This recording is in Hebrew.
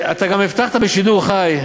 אתה גם הבטחת בשידור חי,